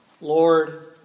Lord